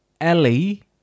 Ellie